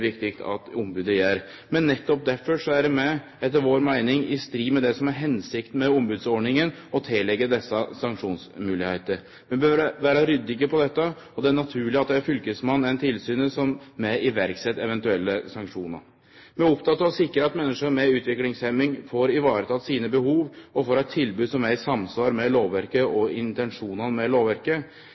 viktig at ombodet gjer. Men nettopp derfor er det etter vår meining i strid med det som er hensikta med ombodsordninga, å tilleggje desse sanksjonsmoglegheiter. Vi bør vere ryddige på dette, og det er naturleg at det er fylkesmannen eller tilsynet som også set i verk eventuelle sanksjonar. Vi er opptekne av å sikre at menneske med utviklingshemming får ivareteke sine behov og får eit tilbod som er i samsvar med lovverket og intensjonane med lovverket.